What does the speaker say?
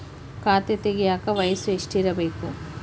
ಖಾತೆ ತೆಗೆಯಕ ವಯಸ್ಸು ಎಷ್ಟಿರಬೇಕು?